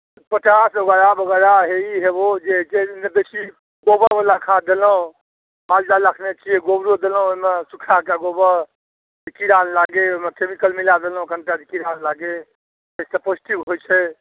potash वगैरह वगैरह ई हे ओ जे बेसी गोबरवला खाद देलौँ माल जाल रखने छिए गोबरो देलौँ ओहिमे सुखाके गोबर जे कीड़ा नहि लागै ओहिमे केमिकल मिला देलौँ कनिटा कि कीड़ा नहि लागै पौष्टिक होइ छै